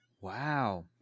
Wow